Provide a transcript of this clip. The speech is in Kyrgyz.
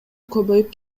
көбөйүп